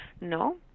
no